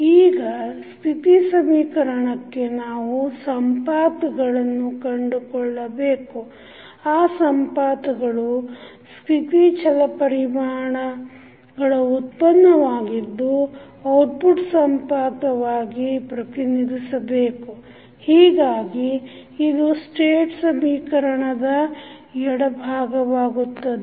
ಈಗ ಸ್ಥಿತಿ ಸಮೀಕರಣಕ್ಕೆ ನಾವು ಸಂಪಾತಗಳನ್ನು ಕಂಡುಕೊಳ್ಳಬೇಕು ಆ ಸಂಪಾತಗಳು ಸ್ಥಿತಿ ಛಲಪರಿಮಾಣಗಳ ಉತ್ಪನ್ನವಾಗಿದ್ದು ಔಟ್ಪುಟ್ ಸಂಪಾತವಾಗಿ ಪ್ರತಿನಿಧಿಸಬೇಕು ಹೀಗಾಗಿ ಇದು ಸ್ಟೇಟ್ ಸಮೀಕರಣದ ಎಡ ಭಾಗವಾಗುತ್ತದೆ